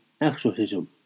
exorcism